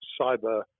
cyber